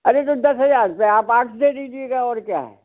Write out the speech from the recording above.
अरे तो दस हज़ार रूपये आप आठ दे दीजिएगा और क्या